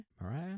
Mariah